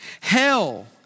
Hell